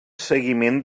seguiment